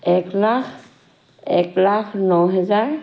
একলাখ একলাখ ন হেজাৰ